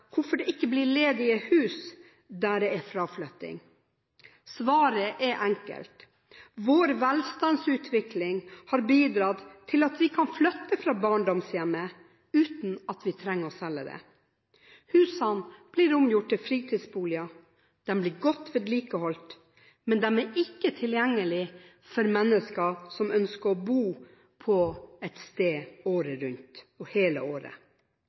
hvorfor det ikke blir ledige hus der det er fraflytting. Svaret er enkelt – vår velstandsutvikling har bidratt til at vi kan flytte fra barndomshjemmet uten at vi trenger å selge det. Husene blir omgjort til fritidsboliger. De blir godt vedlikeholdt, men de er ikke tilgjengelig for mennesker som ønsker å bo på ett sted året rundt – hele året.